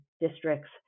district's